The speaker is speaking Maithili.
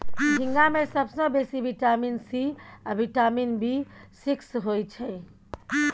झींगा मे सबसँ बेसी बिटामिन सी आ बिटामिन बी सिक्स होइ छै